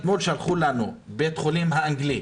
בית החולים האנגלי,